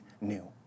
new